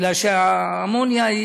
כי אמוניה,